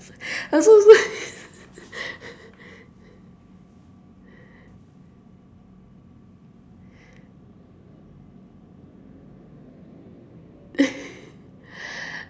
ah so so